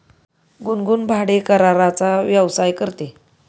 गुनगुन भाडेकराराचा व्यवसाय करते